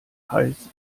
hais